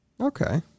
Okay